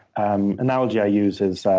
an analogy i use is,